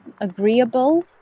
agreeable